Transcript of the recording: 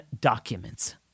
documents